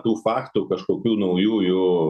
tų faktų kažkokių naujų jų